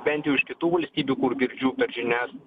bent jau iš kitų valstybių kur girdžiu per žinias